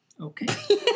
Okay